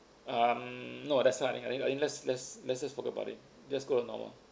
um no that's not I think I think let's let's let's just forget about it just go to normal